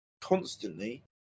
constantly